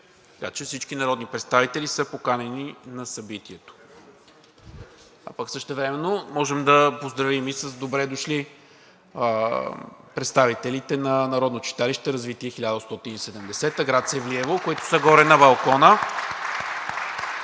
Така че всички народни представители са поканени на събитието. Същевременно можем да поздравим и с добре дошли представителите на Народно читалище „Развитие 1870“ – град Севлиево, които са горе на балкона!